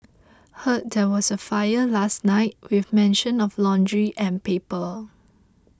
heard there was a fire last night with mention of laundry and paper